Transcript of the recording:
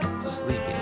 sleeping